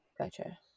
Gotcha